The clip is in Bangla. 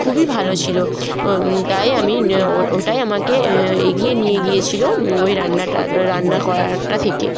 খুবই ভালো ছিল তাই আমি ওটাই আমাকে এগিয়ে নিয়ে গিয়েছিল ওই রান্নাটা রান্না করাটা থেকে